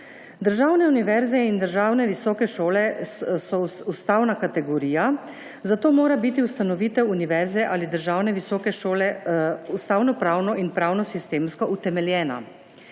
Državne univerze in državne visoke šole so ustavna kategorija, zato mora biti ustanovitev univerze ali državne visoke šole ustavnopravno in pravno sistemsko utemeljena.